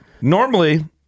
normally